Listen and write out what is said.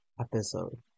episode